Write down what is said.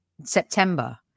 September